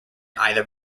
either